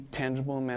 tangible